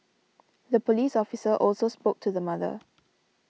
the police officer also spoke to the mother